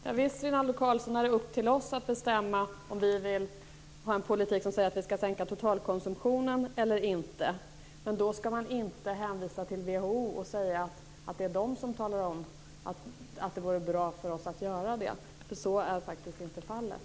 Herr talman! Visst är det, Rinaldo Karlsson, upp till oss att bestämma om vi vill ha en politik som går ut på att sänka totalkonsumtionen eller inte. Man skall dock inte säga att WHO uppmanar oss att sänka den, för så är faktiskt inte fallet.